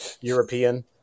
European